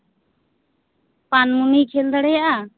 ᱯᱟᱱᱢᱩᱱᱤᱭ ᱠᱷᱮᱹᱞ ᱫᱟᱲᱮᱭᱟᱜᱼᱟ